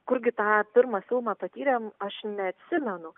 kurgi tą pirmą filmą patyrėm aš neatsimenu